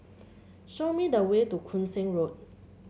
show me the way to Koon Seng Road